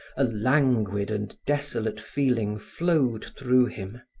a languid and desolate feeling flowed through him.